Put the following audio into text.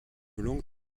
longue